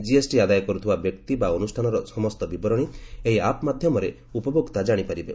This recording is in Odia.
ଜିଏସ୍ଟି ଆଦାୟ କରୁଥିବା ବ୍ୟକ୍ତି ବା ଅନୁଷ୍ଠାନର ସମସ୍ତ ବିବରଣୀ ଏହି ଆପ୍ ମାଧ୍ୟମରେ ଉପଭୋକ୍ତା ଜାଣିପାରିବେ